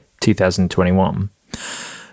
2021